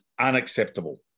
unacceptable